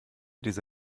diese